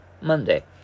Monday